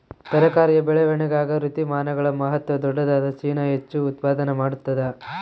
ತರಕಾರಿಯ ಬೆಳವಣಿಗಾಗ ಋತುಮಾನಗಳ ಮಹತ್ವ ದೊಡ್ಡದಾದ ಚೀನಾ ಹೆಚ್ಚು ಉತ್ಪಾದನಾ ಮಾಡ್ತದ